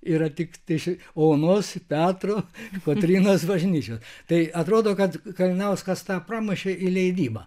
yra tik ši onos petro kotrynos bažnyčios tai atrodo kad kalinauskas tą pramušė į leidybą